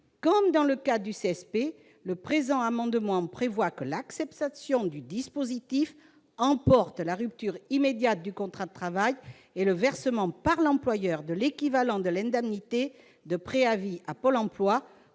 Comme dans le cadre du CSP, le présent amendement prévoit que l'acceptation du dispositif emporte la rupture immédiate du contrat de travail et le versement par l'employeur de l'équivalent de l'indemnité de préavis à Pôle emploi